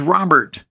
Robert